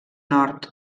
nord